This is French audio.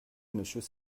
monsieur